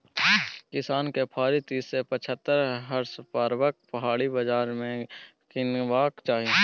किसान केँ फारी तीस सँ पचहत्तर होर्सपाबरक फाड़ी बजार सँ कीनबाक चाही